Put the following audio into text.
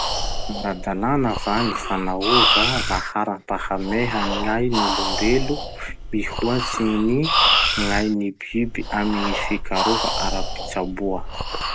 Ara-dalàna va gny fanaova laharam-pahameha gn'ain'olombelo mihoatsy ny gn'ain'ny biby amy fikaroha ara-pitsaboa?